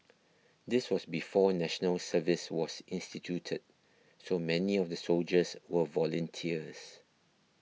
this was before National Service was instituted so many of the soldiers were volunteers